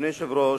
אדוני היושב-ראש,